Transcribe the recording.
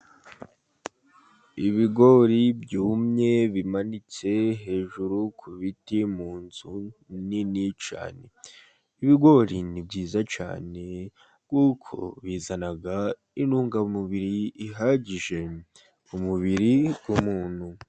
Ibigori byumye bimanitse hejuru ku biti mu nzu nini cyane. Ibigori ni byiza cyane, kuko bizana intungamubiri ihagije mu mubiri w'umuntu.